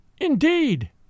Indeed